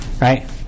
right